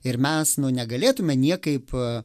ir mes negalėtume niekaip